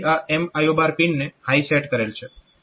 તેથી આ MIO પિનને હાય સેટ કરેલ છે